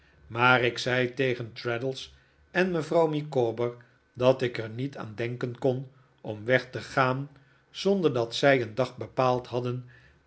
maar ik zei tegen traddles eri mevrouw micawber dat ik er niet aan denken kon om weg te gaan zonder dat zij een dag bepaald hadden